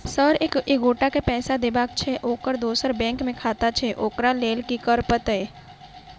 Sir एक एगोटा केँ पैसा देबाक छैय ओकर दोसर बैंक मे खाता छैय ओकरा लैल की करपरतैय?